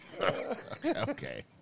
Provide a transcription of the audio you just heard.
Okay